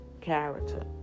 character